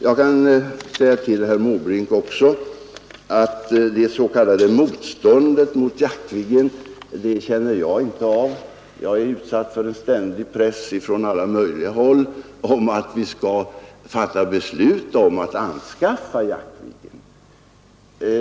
Jag kan också säga till herr Måbrink att jag inte känner till det s.k. motståndet mot Jaktviggen. Tvärtom är jag utsatt för en ständig press från alla möjliga håll för att vi skall fatta beslut om att anskaffa Nr 146 Jaktviggen.